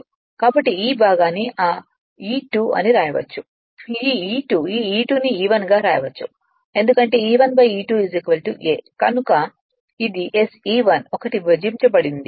కాబట్టి ఈ భాగాన్ని ఆ E2 అని వ్రాయవచ్చు ఈ E2 E2 ను E 1 గా వ్రాయవచ్చు ఎందుకంటే E 1 E2 a కనుక ఇది SE1 ఒకటి విభజించబడింది a2 r2 jsa2 X 2